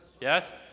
Yes